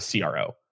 CRO